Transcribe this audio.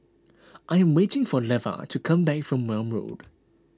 I am waiting for Lavar to come back from Welm Road